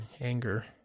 anger